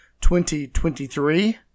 2023